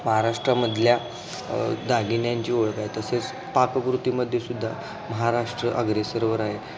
महाराष्ट्रामधल्या दागिन्यांची ओळख आहे तसेच पाककृतीमध्ये सुुद्धा महाराष्ट्र अग्रेसरवर आहे